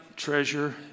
Treasure